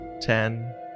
ten